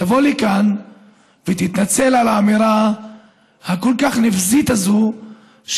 שתבוא לכאן ותתנצל על האמירה הכל-כך נבזית הזאת,